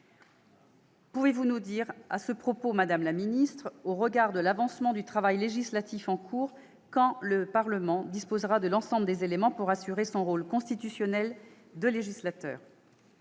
Pouvez-vous nous dire, madame la ministre, au regard de l'avancement du travail législatif en cours, quand le Parlement disposera de l'ensemble des éléments pour jouer son rôle constitutionnel de législateur ?